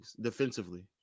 Defensively